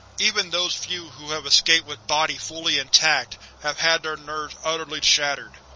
even those few who have escaped with body fully intact have had their nerves utterly shattered.